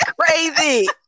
crazy